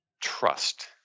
trust